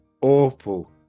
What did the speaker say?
awful